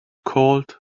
called